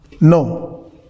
No